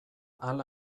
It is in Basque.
hala